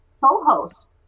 co-host